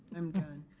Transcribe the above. i'm done.